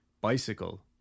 bicycle